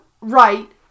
right